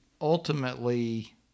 ultimately